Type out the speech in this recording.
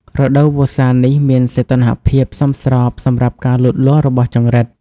រដូវវស្សានេះមានសីតុណ្ហភាពសមស្របសម្រាប់ការលូតលាស់របស់ចង្រិត។